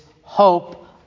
hope